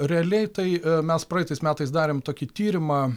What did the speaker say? realiai tai e mes praeitais metais darėm tokį tyrimą